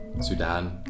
Sudan